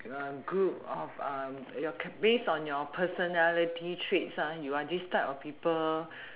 group of a your based on your personality traits you are this type of people